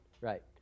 Right